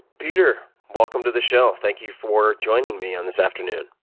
peter, welcome to the show. thank you for joining me on this afternoon.